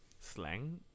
Slang